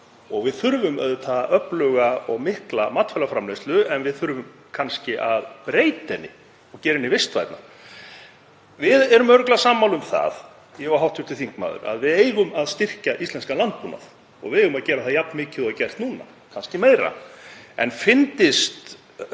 Við þurfum auðvitað öfluga og mikla matvælaframleiðslu en við þurfum kannski að breyta henni og gera hana vistvænni. Við erum örugglega sammála um það, ég og hv. þingmaður, að við eigum að styrkja íslenskan landbúnað og við eigum að gera það jafn mikið og nú er gert, kannski meira. En fyndist